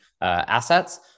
assets